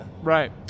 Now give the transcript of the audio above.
Right